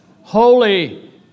holy